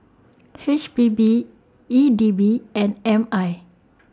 H P B E D B and M I